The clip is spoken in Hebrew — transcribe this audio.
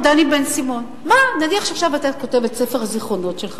כמו דני בן-סימון: נניח שאתה עכשיו כותב את ספר הזיכרונות שלך,